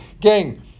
Gang